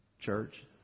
Church